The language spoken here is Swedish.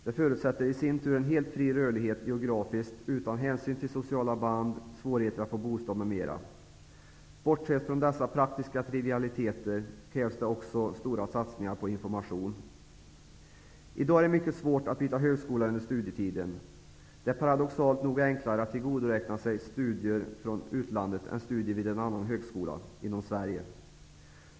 Det förutsätter i sin tur en helt fri rörlighet geografiskt utan hänsyn till sociala band, svårigheter att få bostad m.m. Bortsett från dessa praktiska trivialiteter krävs det också stora satsningar på information. I dag är det mycket svårt att byta högskola under studietiden. Det är paradoxalt nog enklare att tillgodoräkna sig studier från utlandet än studier vid en annan högskola inom Sverige.